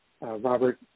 Robert